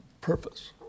purpose